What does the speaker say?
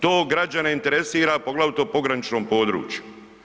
To građane interesira, poglavito u pograničnom području.